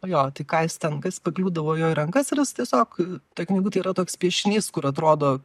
jo tai ką jis ten kas pakliūdavo jo į rankas ir jis tiesiog toj knygutėj yra toks piešinys kur atrodo